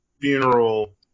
funeral